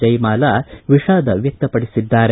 ಜಯಮಾಲ ವಿಷಾದ ವ್ಹಕ್ತಪಡಿಸಿದ್ದಾರೆ